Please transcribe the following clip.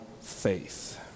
faith